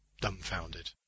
dumbfounded